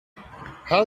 how